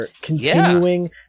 continuing